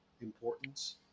importance